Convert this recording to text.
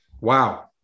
Wow